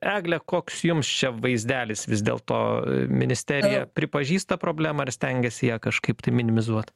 egle koks jums čia vaizdelis vis dėlto ministerija pripažįsta problemą ar stengiasi ją kažkaip tai minimizuot